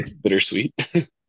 bittersweet